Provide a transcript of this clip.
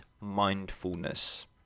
mindfulness